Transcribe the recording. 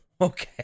okay